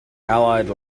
allied